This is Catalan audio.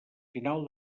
final